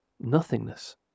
nothingness